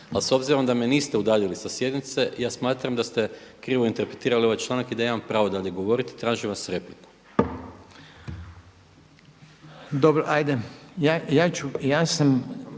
Ali s obzirom da me niste udaljili sa sjednice ja smatram da ste krivo interpretirali ovaj članak i da imam pravo dalje govoriti. Tražim vas repliku. **Reiner, Željko